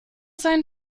seinen